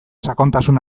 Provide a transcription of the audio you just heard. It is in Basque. sakontasun